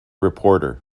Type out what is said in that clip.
reporter